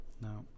No